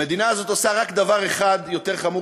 המדינה הזו עושה רק דבר אחד יותר חמור